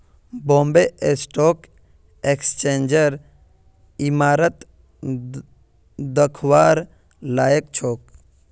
Bombay stock एक्सचेंजेर इमारत दखवार लायक छोक